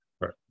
Right